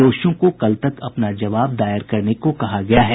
दोषियों को कल तक अपना जवाब दाखिल करने को कहा गया है